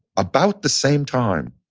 about the same time,